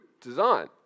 design